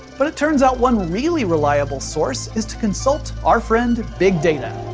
but it turns out one really reliable source is to consult our friend big data.